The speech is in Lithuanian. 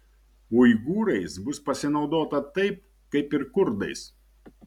uigūrais bus pasinaudota taip kaip ir kurdais